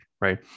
right